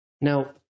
Now